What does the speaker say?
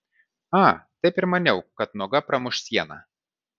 a taip ir maniau kad nuoga pramuš sieną